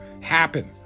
happen